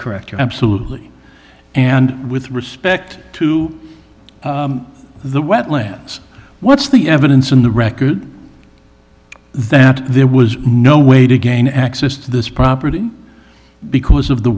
correct you're absolutely and with respect to the wetlands what's the evidence in the record that there was no way to gain access to this property because of the